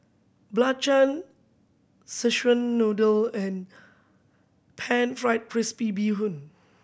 belacan Szechuan Noodle and pan fry crispy bee hoon